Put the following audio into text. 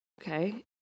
Okay